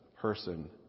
person